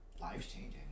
Life-changing